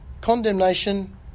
Condemnation